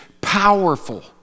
powerful